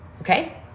Okay